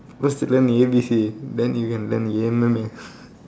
first to learn then you can learn M_M_A